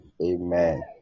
Amen